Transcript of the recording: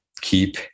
keep